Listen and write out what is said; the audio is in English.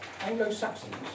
Anglo-Saxons